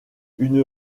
une